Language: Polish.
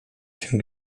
się